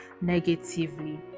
negatively